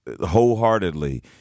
wholeheartedly